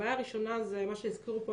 הבעיה הראשונה היא מה שהזכירו פה,